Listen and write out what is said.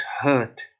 hurt